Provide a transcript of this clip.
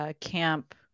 camp